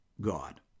God